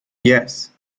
yes